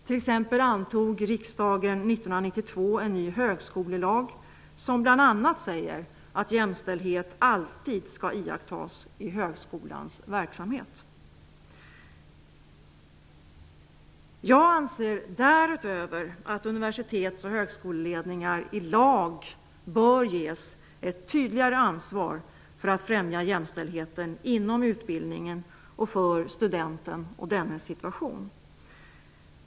Riksdagen antog t.ex. 1992 en ny högskolelag, som bl.a. säger att jämställdhet alltid skall iakttagas i högskolans verksamhet. Jag anser därutöver att universitets och högskoleledningar i lag bör ges ett tydligare ansvar för att främja jämställdheten inom utbildningen och för studenten och dennes situation.